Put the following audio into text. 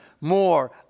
more